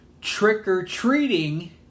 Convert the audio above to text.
trick-or-treating